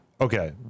Okay